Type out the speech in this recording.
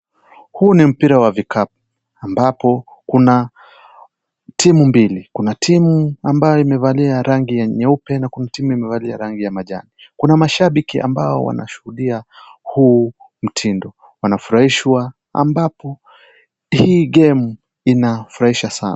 Huu ni mpira wa vikapu ambapo kuna timu mbili, kuna timu ambayo imevalia rangi ya nyeupe na kuna timu imevalia rangi ya manjano, kuna mashabiki ambao wanashuhudia huu mtindo, wanafurahishwa ambapo hii (cs)game(cs) inawafurahisha sana.